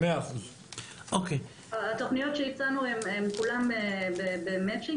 100%. התוכניות שהצענו הן כולן בהתאמה,